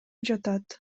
жатат